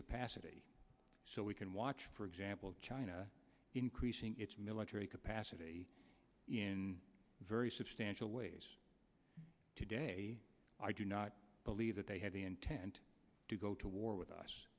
capacity so we can watch for example china increasing it's military capacity in a very substantial way today i do not believe that they have the intent to go to war with us